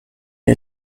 you